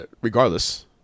regardless